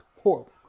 Horrible